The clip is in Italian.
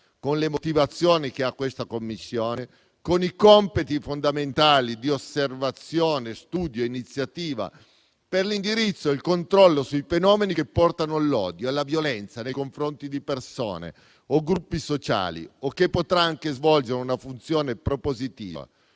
con le motivazioni che la stessa ha, con i compiti fondamentali di osservazione, studio e iniziativa, per l'indirizzo e il controllo sui fenomeni che portano all'odio e alla violenza nei confronti di persone o gruppi sociali. La stessa Commissione potrà anche svolgere una funzione propositiva,